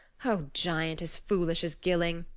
o giant as foolish as gilling!